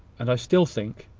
and i still think,